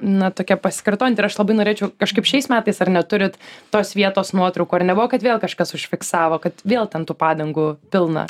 na tokia pasikartojanti ir aš labai norėčiau kažkaip šiais metais ar neturit tos vietos nuotraukų ar nebuvo kad vėl kažkas užfiksavo kad vėl ten tų padangų pilna